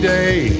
Day